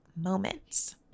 moments